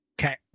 Okay